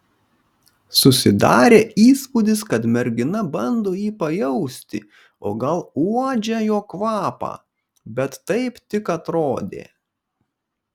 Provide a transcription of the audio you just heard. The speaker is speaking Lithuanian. susidarė įspūdis kad mergina bando jį pajausti o gal uodžia jo kvapą bet taip tik atrodė